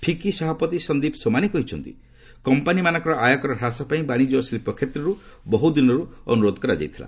ଫିକି ସଭାପତି ସନ୍ଦୀପ ସୋମାନି କହିଛନ୍ତି କମ୍ପାନିମାନଙ୍କର ଆୟକର ହ୍ରାସ ପାଇଁ ବାଣିଜ୍ୟ ଓ ଶିଳ୍ପ କ୍ଷେତ୍ରରୁ ବହୁଦିନରୁ ଅନୁରୋଧ କରାଯାଇଥିଲା